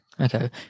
Okay